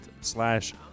slash